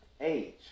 age